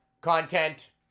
content